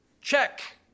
Check